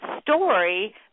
story –